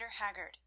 Haggard